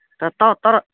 त त तर